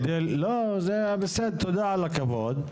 לא, תודה על הכבוד,